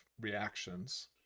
reactions